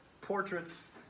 portraits